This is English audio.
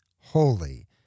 holy